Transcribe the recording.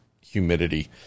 humidity